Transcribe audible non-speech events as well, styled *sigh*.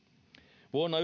vuonna *unintelligible*